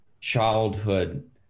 childhood